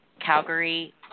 Calgary